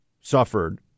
suffered